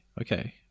Okay